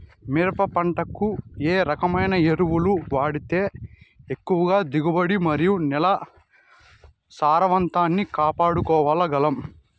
మిరప పంట కు ఏ రకమైన ఎరువులు వాడితే ఎక్కువగా దిగుబడి మరియు నేల సారవంతాన్ని కాపాడుకోవాల్ల గలం?